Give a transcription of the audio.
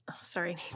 sorry